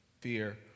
Fear